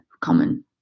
common